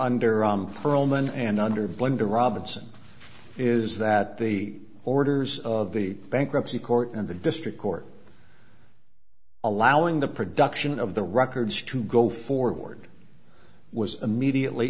perlman and under blunder robinson is that the orders of the bankruptcy court and the district court allowing the production of the records to go forward was immediately